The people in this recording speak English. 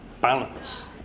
balance